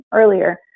earlier